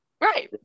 Right